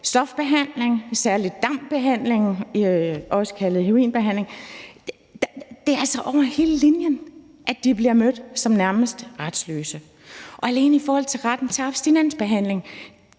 stofbehandling, særlig DAM-behandlingen, også kaldet heroinbehandling. Det er altså over hele linjen, at de bliver mødt som nærmest retsløse. Alene i forhold til retten til abstinensbehandling